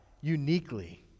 uniquely